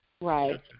Right